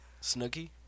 Snooky